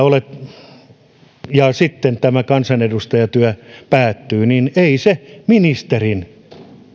vuotta sitten ja sitten tämä kansanedustajatyö päättyy niin ei se ministerin